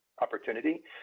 Opportunity